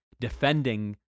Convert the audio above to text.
defending